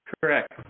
Correct